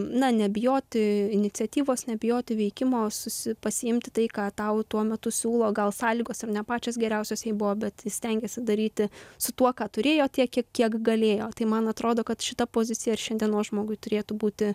na nebijoti iniciatyvos nebijoti veikimo susi pasiimti tai ką tau tuo metu siūlo gal sąlygos ir ne pačios geriausios jai buvo bet ji stengėsi daryti su tuo ką turėjo tiek kiek kiek galėjo tai man atrodo kad šita pozicija ir šiandienos žmogui turėtų būti